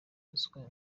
ruswa